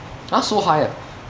!huh! so high ah